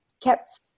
kept